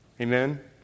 Amen